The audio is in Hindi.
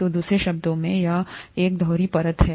तो दूसरे शब्दों में यह यहाँ एक दोहरी परत है